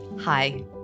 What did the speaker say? Hi